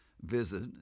visit